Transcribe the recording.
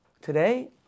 Today